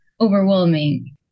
overwhelming